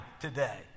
today